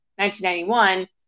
1991